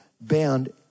bound